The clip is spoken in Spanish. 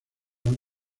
han